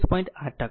8 ટકા